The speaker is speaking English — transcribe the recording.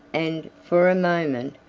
and, for a moment,